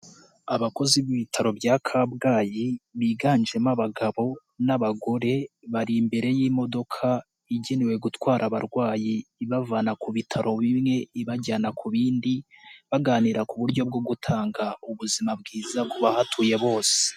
Abakozi b'ibitaro bya Kabgayi biganjemo abagabo n'abagore. Bari imbere y'imodoka igenewe gutwara abarwayi ibavana ku bitaro bimwe ibajyana ku bindi. Baganira ku buryo bwo gutanga ubuzima bwiza ku bahatuye bose.